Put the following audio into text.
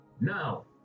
now